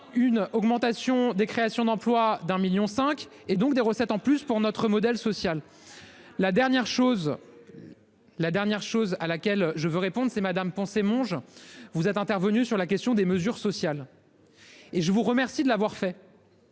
une augmentation des créations d'emplois d'un million cinq et donc des recettes en plus pour notre modèle social. La dernière chose. La dernière chose à laquelle je veux répondent, c'est madame Monge. Vous êtes intervenu sur la question des mesures sociales. Et je vous remercie de l'avoir fait.